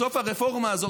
בסוף הרפורמה הזאת,